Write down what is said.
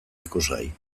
ikusgai